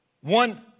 One